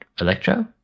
Electro